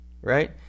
right